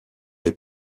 les